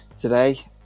today